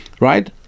right